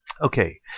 Okay